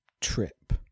trip